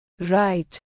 Right